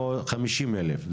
או 50 אלף,